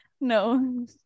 No